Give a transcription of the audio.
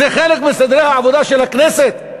זה חלק מסדרי העבודה של הכנסת,